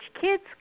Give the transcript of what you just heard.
kids